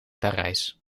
parijs